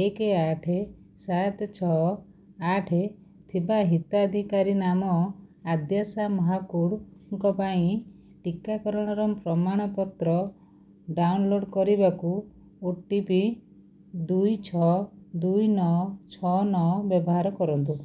ଏକ ଆଠ ସାତ ଛଅ ଆଠ ଥିବା ହିତାଧିକାରୀ ନାମ ଆଦ୍ୟାଶା ମହାକୁଡ଼ଙ୍କ ପାଇଁ ଟିକାକରଣର ପ୍ରମାଣପତ୍ର ଡାଉନଲୋଡ଼୍ କରିବାକୁ ଓ ଟି ପି ଦୁଇ ଛଅ ଦୁଇ ନଅ ଛଅ ନଅ ବ୍ୟବହାର କରନ୍ତୁ